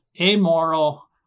amoral